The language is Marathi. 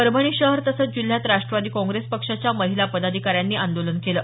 परभणी शहर तसंच जिल्ह्यात राष्ट्रवादी काँग्रेस पक्षाच्या महिला पदाधिकाऱ्यांनी आंदोलन केलं